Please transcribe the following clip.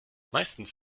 meistens